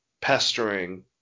pestering